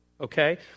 okay